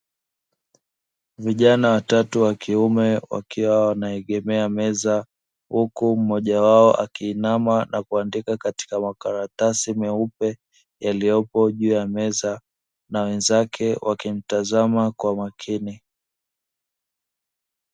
Ijana watatu wa kiume wakiwa wanaegemea meza huku mmoja wao akiinama na kuandika katika makaratasi meupe yaliyopo juu ya meza na wenzake wakimtazama kwa makini.